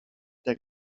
modd